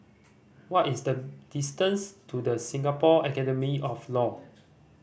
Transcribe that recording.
what is the distance to The Singapore Academy of Law